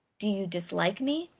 do you dislike me?